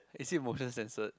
is it motion sensored